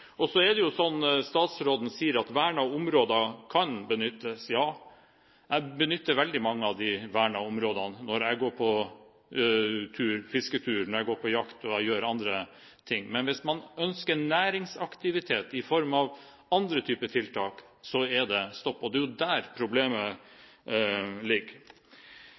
områdene. Så er det slik, som statsråden sier, at vernede områder kan benyttes. Ja, jeg benytter veldig mange av de vernede områdene når jeg går på tur, er på fisketur, på jakt eller gjør andre ting. Men hvis man ønsker næringsaktivitet i form av andre typer tiltak, er det stopp. Det er jo der problemet ligger.